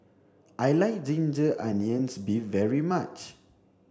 I like ginger onions beef very much